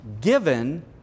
given